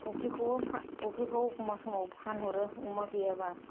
अफ्रिखौबो अफ्रिखौबो एखमब्ला समाव फानहरो अमा गैयाब्ला